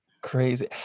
crazy